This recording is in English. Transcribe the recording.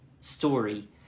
story